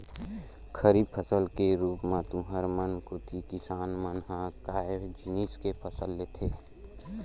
खरीफ फसल के रुप म तुँहर मन कोती किसान मन ह काय जिनिस के फसल लेथे?